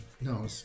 No